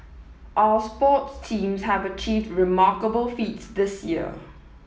our sports teams have achieved remarkable feats this year